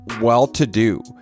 well-to-do